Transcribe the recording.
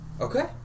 okay